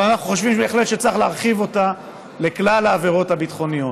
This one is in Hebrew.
אבל אנחנו חושבים בהחלט שצריך להרחיב אותה לכלל העבירות הביטחוניות.